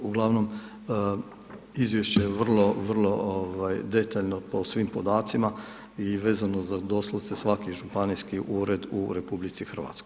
Uglavnom izvješće je vrlo vrlo ovaj detaljno po svim podacima i vezano za doslovce svaki županijski ured u RH.